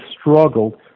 struggled